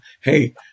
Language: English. hey